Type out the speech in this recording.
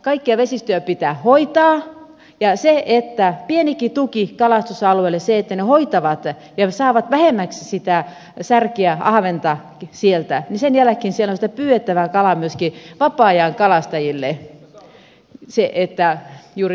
kaikkia vesistöjä pitää hoitaa ja pienikin tuki kalastusalueelle että he hoitavat ja saavat vähemmäksi sitä särkeä ja ahventa sieltä niin sen jälkeen siellä on sitä pyydettävää kalaa myöskin vapaa ajankalastajille